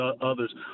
others